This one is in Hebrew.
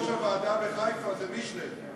יושב-ראש הוועדה בחיפה זה משלב.